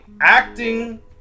acting